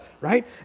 right